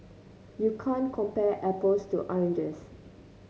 you can't compare apples to oranges